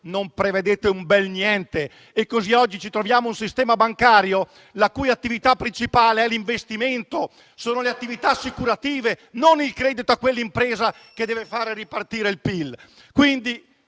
Non prevedete un bel niente e così oggi ci troviamo un sistema bancario la cui attività principale sono gli investimenti e le attività assicurative e non il credito all'impresa che deve fare ripartire il PIL.